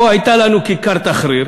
או אם הייתה לנו כיכר תחריר,